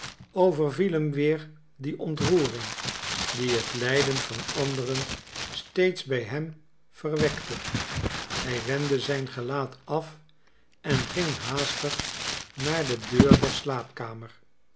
overviel hem weer die ontroering die het lijden van anderen steeds bij hem verwekte hij wendde zijn gelaat af en ging haastig naar de deur der slaapkamer